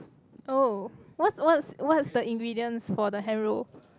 oh what what's what's the ingredients for the hand roll